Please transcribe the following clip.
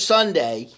Sunday